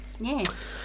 Yes